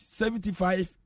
seventy-five